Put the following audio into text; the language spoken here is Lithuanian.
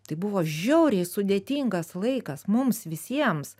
tai buvo žiauriai sudėtingas laikas mums visiems